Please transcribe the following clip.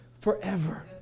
forever